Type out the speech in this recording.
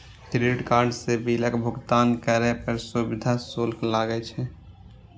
credit card सं बिलक भुगतान करै पर सुविधा शुल्क लागै छै